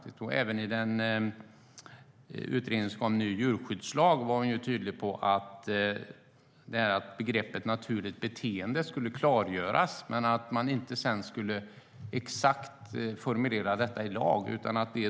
I utredningen Ny djurskyddslag är hon tydlig med att begreppet naturligt beteende ska klargöras men att det inte exakt ska formuleras i lag.